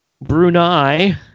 Brunei